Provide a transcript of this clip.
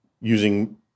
using